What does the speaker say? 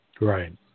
Right